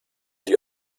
die